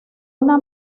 una